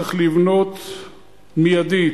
צריך לבנות מיידית,